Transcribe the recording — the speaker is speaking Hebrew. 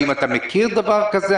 האם אתה מכיר דבר כזה?